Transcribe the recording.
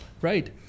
right